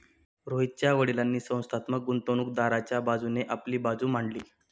रोहितच्या वडीलांनी संस्थात्मक गुंतवणूकदाराच्या बाजूने आपली बाजू मांडली